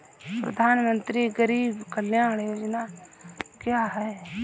प्रधानमंत्री गरीब कल्याण योजना क्या है?